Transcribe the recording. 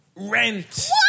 Rent